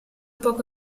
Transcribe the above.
poco